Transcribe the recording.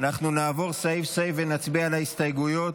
מאיר כהן, קארין אלהרר,